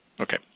Okay